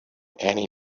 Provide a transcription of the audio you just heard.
annie